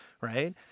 Right